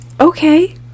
okay